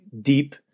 deep